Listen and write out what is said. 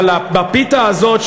אבל בפיתה הזאת,